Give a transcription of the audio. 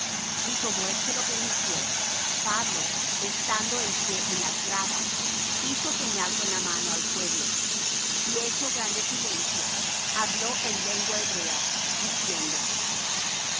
y como él se lo permitió pablo estando en pie en las gradas hizo señal con la mano al pueblo y hecho grande silencio habló en lengua hebrea diciendo